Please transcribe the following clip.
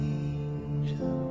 angel